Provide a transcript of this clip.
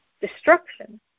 destruction